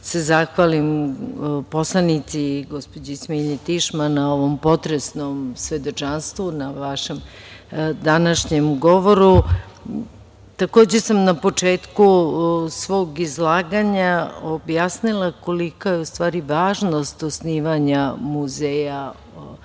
se zahvalim poslanici gospođi Smilji Tišma na ovom potresnom svedočanstvu, na vašem današnjem govoru. Takođe sam na početku svog izlaganja objasnila kolika je u stvari važnost osnivanja muzeja